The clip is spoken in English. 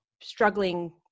struggling